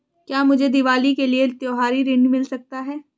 क्या मुझे दीवाली के लिए त्यौहारी ऋण मिल सकता है?